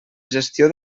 gestió